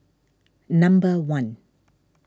number one